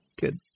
Good